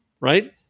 right